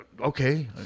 Okay